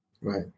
Right